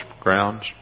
grounds